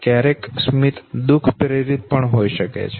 તે સ્મિત દુઃખ પ્રેરિત સ્મિત પણ હોઈ શકે છે